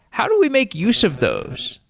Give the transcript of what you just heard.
how do we make use of those?